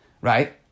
right